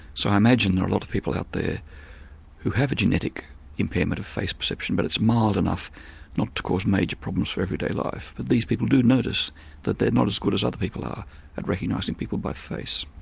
so i image there are a lot of people out there who have a genetic impairment of face perception but it's mild enough not to cause major problems for everyday life. but these people do notice that they're not as good as other people are at recognising people by face.